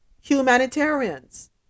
humanitarians